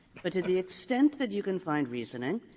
but to the extent that you can find reasoning,